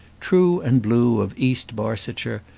true and blue, of east barsetshire,